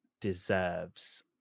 deserves